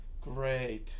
great